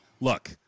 Look